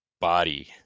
body